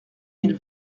mille